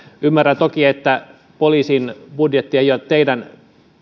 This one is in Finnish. ymmärrän toki että poliisin budjetti ei ole teidän